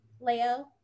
Leo